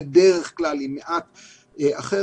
בדרך כלל היא מעט אחרת.